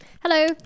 hello